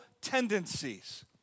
tendencies